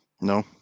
No